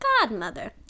godmother